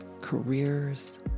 careers